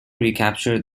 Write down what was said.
recaptured